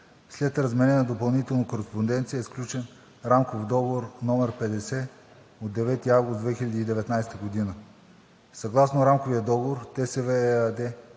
След размяна на допълнителна кореспонденция е сключен Рамков договор № 50 от 9 август 2019 г. Съгласно Рамковия договор